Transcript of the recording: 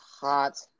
hot